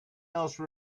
else